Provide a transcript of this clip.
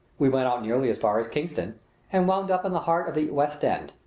we went out nearly as far as kingston and wound up in the heart of the west end.